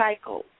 cycle